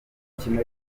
mikino